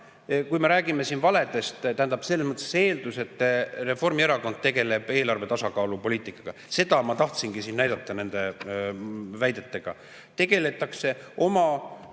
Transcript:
kui me räägime siin valedest – selles mõttes, et Reformierakond tegeleb eelarve tasakaalu poliitikaga. Seda ma tahtsingi siin näidata nende väidetega. Tegeldakse oma